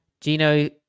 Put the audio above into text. Gino